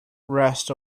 rest